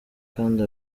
kandi